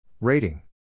Rating